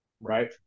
right